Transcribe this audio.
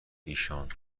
ایشان